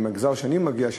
מהמגזר שאני מגיע ממנו,